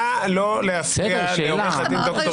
נא לא להפריע לעו"ד ד"ר גיל לימון.